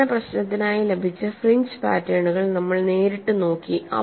സമാന പ്രശ്നത്തിനായി ലഭിച്ച ഫ്രിഞ്ച് പാറ്റേണുകൾ നമ്മൾ നേരിട്ട് നോക്കി